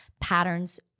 patterns